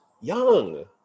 young